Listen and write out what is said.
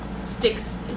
sticks-